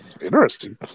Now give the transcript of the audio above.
Interesting